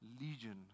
legion